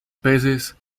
peces